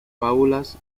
fábulas